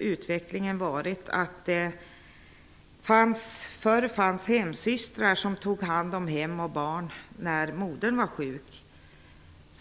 Utvecklingen har varit följande på området. Förr i tiden fanns det hemsystrar som tog hand om hem och barn när modern var sjuk.